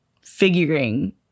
figuring